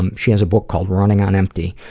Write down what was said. um she has a book called running on empty,